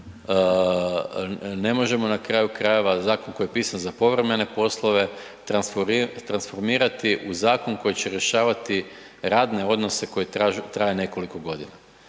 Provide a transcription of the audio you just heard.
ne možemo, na kraju krajeva, zakon koji je pisan za povremene poslove, transformirati u zakon koji će rješavati radne odnose koji traje nekoliko godina.